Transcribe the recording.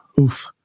Oof